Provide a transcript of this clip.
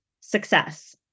success